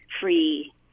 free